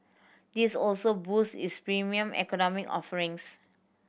this also boost its Premium Economy offerings